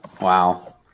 wow